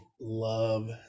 Love